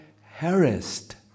harassed